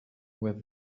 with